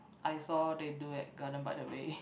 I saw they do at Garden by the Bay